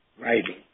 writing